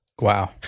Wow